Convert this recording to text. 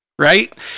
Right